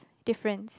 difference